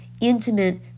intimate